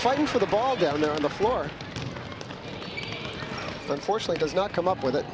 fighting for the ball down there on the floor unfortunately does not come up with it